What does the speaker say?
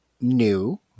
new